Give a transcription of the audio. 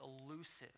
elusive